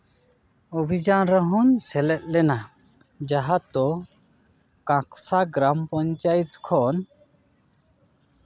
ᱚᱵᱷᱤᱡᱟᱱ ᱨᱮᱦᱚᱧ ᱥᱮᱞᱮᱫ ᱞᱮᱱᱟ ᱡᱟᱦᱟᱸ ᱫᱚ ᱠᱟᱸᱠᱥᱟ ᱜᱨᱟᱢ ᱯᱚᱧᱪᱟᱭᱮᱛ ᱠᱷᱚᱱ